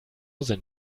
sind